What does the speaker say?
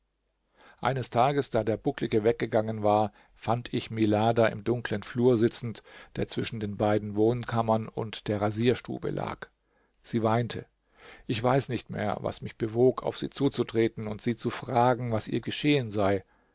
eines tages da der bucklige weggegangen war fand ich milada im dunklen flur sitzend der zwischen den beiden wohnkammern und der rasierstube lag sie weinte ich weiß nicht mehr was mich bewog auf sie zuzutreten und sie zu fragen was ihr geschehen sei